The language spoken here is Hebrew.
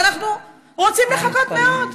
אנחנו רוצים לחכות מאוד.